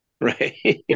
right